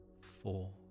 four